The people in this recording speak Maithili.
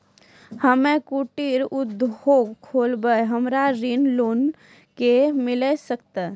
हम्मे कुटीर उद्योग खोलबै हमरा ऋण कोना के मिल सकत?